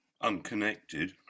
unconnected